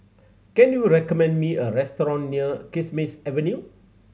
can you recommend me a restaurant near Kismis Avenue